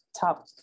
top